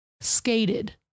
skated